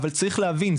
אבל צריך להבין,